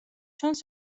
ჩანს